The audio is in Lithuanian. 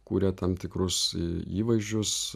kuria tam tikrus įvaizdžius